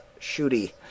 shooty